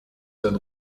sein